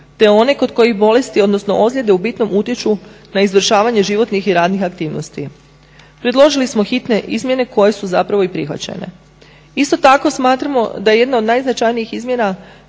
te one kod kojih bolesti odnosno ozljede u bitnom utječu na izvršavanje životnih i radnih aktivnosti. Predložili smo hitne izmjene koje su zapravo i prihvaćene. Isto tako smatramo da jedna od najznačajnijih izmjena